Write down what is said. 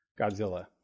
Godzilla